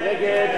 ההסתייגות